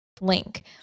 link